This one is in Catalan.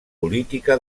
política